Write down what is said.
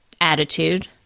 attitude